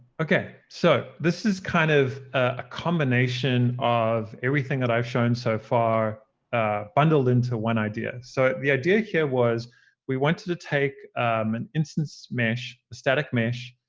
ok, so this is kind of a combination of everything that i've shown so far bundled into one idea. so the idea here was we wanted to take um an instanced mesh, static mesh,